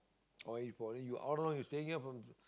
oh for you uh how long you staying here from